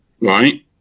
Right